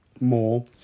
more